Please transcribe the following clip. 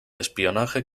espionaje